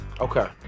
Okay